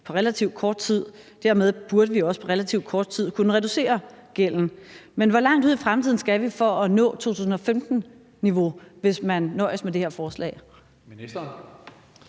på relativt kort tid. Dermed burde vi også på relativt kort tid kunne reducere gælden. Men hvor langt ud i fremtiden skal vi for at nå 2015-niveau, hvis man nøjes med det her forslag?